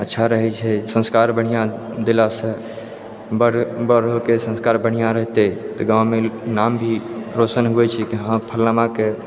अच्छा रहै छै संस्कार बढ़िऑं देला सऽ बड़ बड़ हो के संस्कार बढ़िऑं रहतै तऽ गाँवमे नाम भी रौशन होइ छै कि हँ फलनामा के